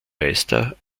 meister